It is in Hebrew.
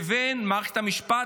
לבין מערכת המשפט,